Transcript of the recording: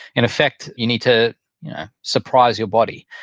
in effect, you need to surprise your body.